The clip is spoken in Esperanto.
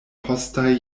postaj